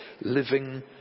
living